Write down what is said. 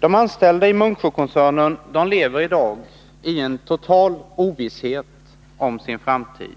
De anställda inom Munksjökoncernen lever i dag en total ovisshet om sin framtid.